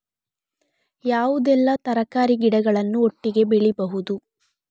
ಯಾವುದೆಲ್ಲ ತರಕಾರಿ ಗಿಡಗಳನ್ನು ಒಟ್ಟಿಗೆ ಬೆಳಿಬಹುದು?